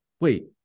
wait